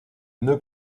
nœud